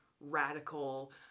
radical